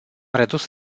redus